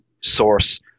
source